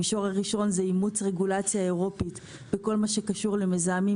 המישור הראשון הוא אימוץ רגולציה אירופית בכל מה שקשור למזהמים